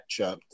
matchup